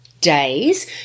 days